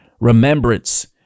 remembrance